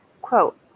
Quote